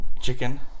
Chicken